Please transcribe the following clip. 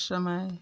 समय